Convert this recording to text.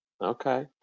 okay